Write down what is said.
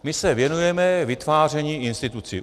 My se věnujeme vytváření institucí.